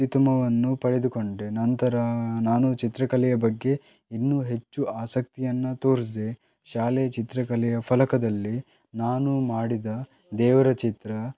ಅತ್ಯುತ್ತಮವನ್ನು ಪಡೆದುಕೊಂಡೆ ನಂತರ ನಾನು ಚಿತ್ರಕಲೆಯ ಬಗ್ಗೆ ಇನ್ನೂ ಹೆಚ್ಚು ಆಸಕ್ತಿಯನ್ನು ತೋರಿಸಿದೆ ಶಾಲೆ ಚಿತ್ರಕಲೆಯ ಫಲಕದಲ್ಲಿ ನಾನು ಮಾಡಿದ ದೇವರ ಚಿತ್ರ